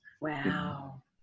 wow